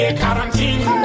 quarantine